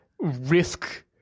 risk